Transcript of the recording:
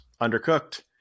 undercooked